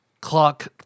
Clock